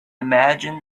imagine